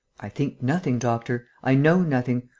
i think nothing, doctor. i know nothing.